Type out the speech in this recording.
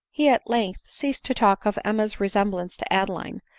he at length ceased to talk of emma's resem blance to adeline,